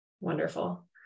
Wonderful